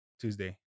tuesday